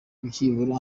byibura